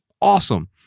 awesome